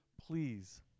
please